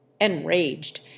Enraged